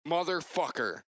Motherfucker